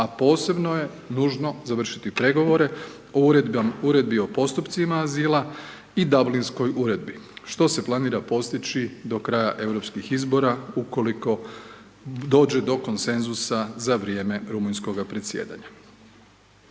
a posebno je nužno završiti pregovore o Uredbi o postupcima azila i Dablinskoj uredbi, što se planira postići do kraja europskih izbora ukoliko dođe do konsenzusa za vrijeme rumunjskoga predsjedanja.